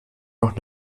noch